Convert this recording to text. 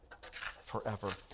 forever